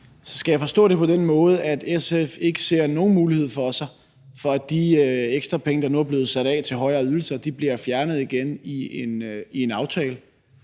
Skal jeg forstå det på den måde, at SF ikke ser nogen mulighed for sig for, at de ekstra penge, der nu er blevet sat af til højere ydelser, bliver fjernet igen i en aftale?